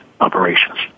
operations